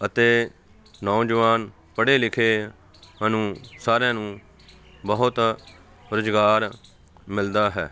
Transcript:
ਅਤੇ ਨੌਜਵਾਨ ਪੜ੍ਹੇ ਲਿਖਿਆਂ ਨੂੰ ਸਾਰਿਆਂ ਨੂੰ ਬਹੁਤ ਰੋਜ਼ਗਾਰ ਮਿਲਦਾ ਹੈ